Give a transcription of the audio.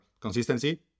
consistency